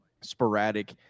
sporadic